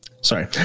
sorry